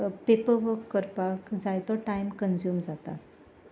paper work करपाक जाय तो टायम कंज्यूम जाता